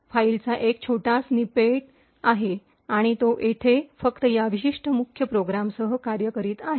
फाईलचा एक छोटा स्निपेट आहे आणि तो येथे फक्त या विशिष्ट मुख्य प्रोग्रामसह कार्य करीत आहे